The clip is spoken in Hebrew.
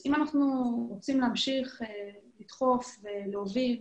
אם אנחנו רוצים להמשיך לדחוף ולהוביל,